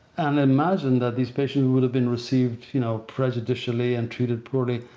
and imagine that these patients would have been received you know prejudicially and treated poorly.